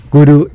Guru